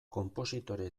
konpositore